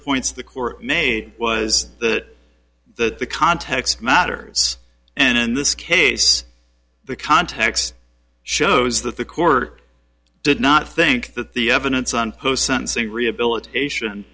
points the court made was that the context matters and in this case the context shows that the court did not think that the evidence on post sensing rehabilitation